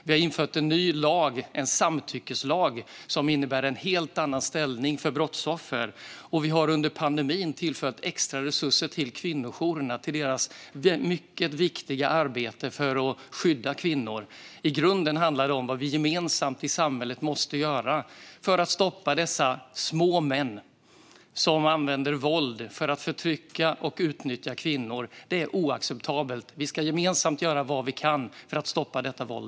Vi har infört en ny lag, en samtyckeslag, som innebär en helt annan ställning för brottsoffer. Vi har under pandemin tillfört extra resurser till kvinnojourerna - till deras mycket viktiga arbete för att skydda kvinnor. I grunden handlar det om vad vi gemensamt i samhället måste göra för att stoppa dessa små män som använder våld för att förtrycka och utnyttja kvinnor. Det är oacceptabelt. Vi ska gemensamt göra vad vi kan för att stoppa detta våld.